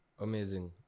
Amazing